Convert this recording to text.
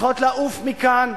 צריכות לעוף מכאן,